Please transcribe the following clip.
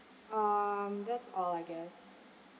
um that's all I guess